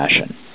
fashion